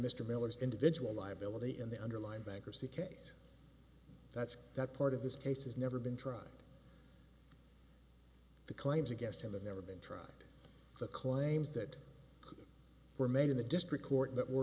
mr miller's individual liability in the underlying bankruptcy case that's that part of this case has never been tried the claims against him never been tried the claims that were made in the district court that were